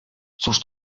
cóż